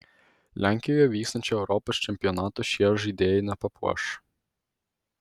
lenkijoje vyksiančio europos čempionato šie žaidėjai nepapuoš